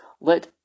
Let